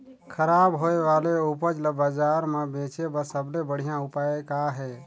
खराब होए वाले उपज ल बाजार म बेचे बर सबले बढ़िया उपाय का हे?